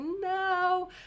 no